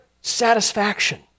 satisfaction